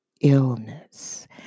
illness